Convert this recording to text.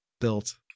built